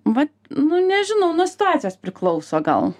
vat nu nežinau nuo situacijos priklauso gal